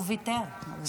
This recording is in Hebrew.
הוא ויתר.